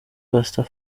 pastor